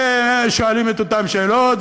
אתם שואלים את אותן שאלות,